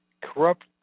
Corrupt